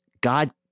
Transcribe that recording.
God